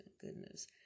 Goodness